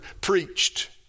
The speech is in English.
preached